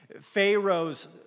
Pharaoh's